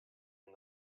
and